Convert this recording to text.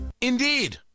Indeed